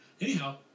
Anyhow